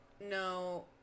no